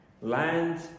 Land